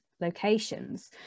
locations